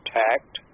tact